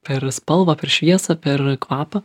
per spalvą per šviesą per kvapą